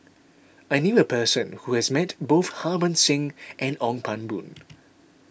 I knew a person who has met both Harbans Singh and Ong Pang Boon